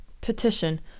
Petition